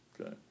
okay